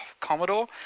commodore